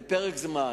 לאיזה פרק זמן,